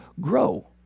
grow